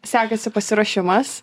sekasi pasiruošimas